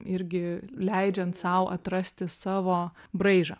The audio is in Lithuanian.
irgi leidžiant sau atrasti savo braižą